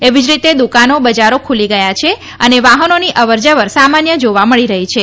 એવી જ રીતે દુકાનો બજારો ખુલી ગથા છે અને વાહનોની અવર જવર સામાન્ય જાવા મળી રહી છે